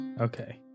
Okay